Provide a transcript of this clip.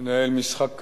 מנהל משחק כפול,